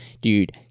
Dude